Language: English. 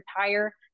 retire